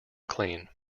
clean